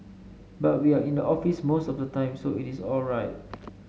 but we are in the office most of the time so it is all right